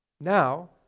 Now